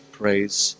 praise